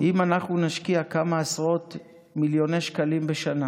אם אנחנו נשקיע כמה עשרות מיליוני שקלים בשנה,